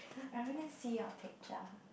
I only see your picture